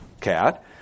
cat